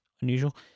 unusual